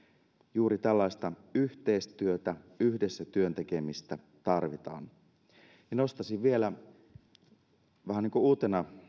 juuri tällaista yhteistyötä yhteistyötä työn tekemistä yhdessä tarvitaan nostaisin vielä vähän niin kuin uutena